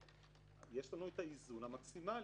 אז יש לנו את האיזון המקסימלי,